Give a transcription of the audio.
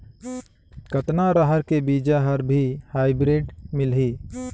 कतना रहर के बीजा हर भी हाईब्रिड मिलही?